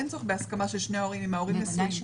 אין צורך בהסכמה של שני ההורים אם ההורים מסכימים.